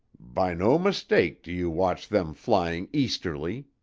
by no mistake do you watch them flying easterly.